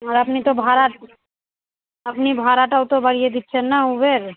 আর আপনি তো ভাড়া আপনি ভাড়াটাও তো বাড়িয়ে দিচ্ছেন না উবের